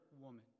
woman